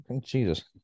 Jesus